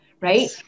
right